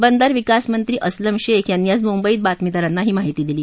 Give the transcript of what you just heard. बंदर विकासमंत्री अस्लम शेख यांनी आज मुंबईत बातमीदारांना ही माहिती दिली